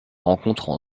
rencontrent